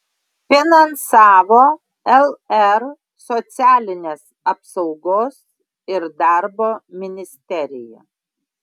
finansavo lr socialinės apsaugos ir darbo ministerija